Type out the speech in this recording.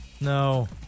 No